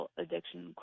addiction